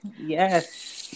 yes